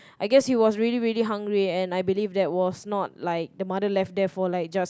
I guess he was really really hungry and I believe that was not like the mother left there for like just